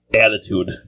attitude